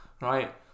right